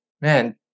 man